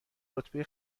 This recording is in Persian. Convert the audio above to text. رتبه